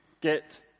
get